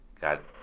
got